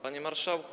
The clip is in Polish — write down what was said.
Panie Marszałku!